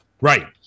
Right